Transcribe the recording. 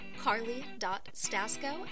carly.stasco